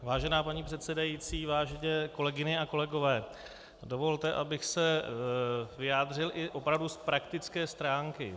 Vážená paní předsedající, vážené kolegyně a kolegové, dovolte, abych se vyjádřil i opravdu z praktické stránky.